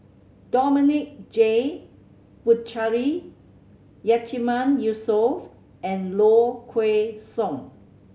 Dominic J Puthucheary Yatiman Yusof and Low Kway Song